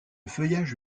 feuillage